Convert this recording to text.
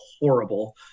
horrible